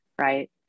right